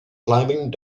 climbing